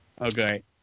Okay